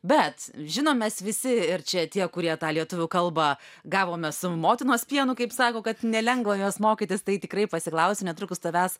bet žinom mes visi ir čia tie kurie tą lietuvių kalbą gavome su motinos pienu kaip sako kad nelengva jos mokytis tai tikrai pasiklausiu netrukus tavęs